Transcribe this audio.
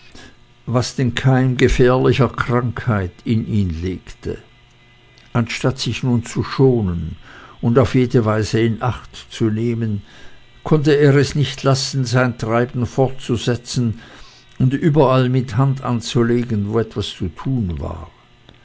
was den keim gefährlicher krankheit in ihn legte anstatt sich nun zu schonen und auf jede weise in acht zu nehmen konnte er es nicht lassen sein treiben fortzusetzen und überall mit hand anzulegen wo etwas zu tun war